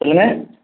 சொல்லுங்க